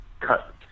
cut